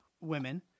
women